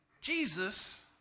Jesus